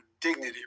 dignity